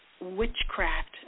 witchcraft